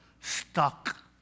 Stuck